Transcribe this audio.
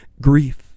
grief